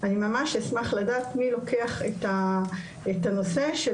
אני ממש אשמח לדעת מי לוקח את הנושא של